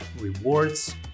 rewards